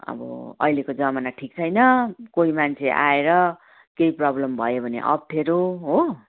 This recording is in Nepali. अब अहिलेको जमाना ठिक छैन कोही मान्छे आएर केही प्रब्लम भयो भने अप्ठ्यारो हो